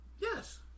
Yes